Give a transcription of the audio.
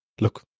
Look